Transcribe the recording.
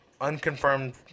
unconfirmed